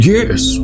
Yes